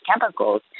chemicals